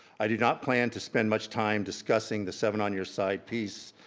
i do not plan to spend much time discussing the seven on your side piece,